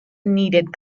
needed